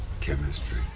chemistry